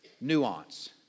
nuance